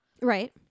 Right